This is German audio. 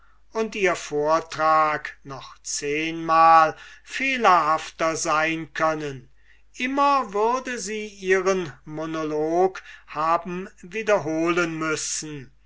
und ihr vortrag noch zehnmal fehlerhafter sein können immer würde sie ihren monologen haben wiederholen müssen